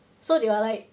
so they're like